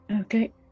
Okay